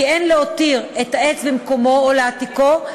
כי אין להותיר את העץ במקומו או להעתיקו,